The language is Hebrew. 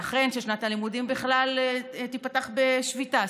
ייתכן ששנת הלימודים בכלל תיפתח בשביתה,